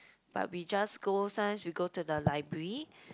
but we just go sometimes we go to the library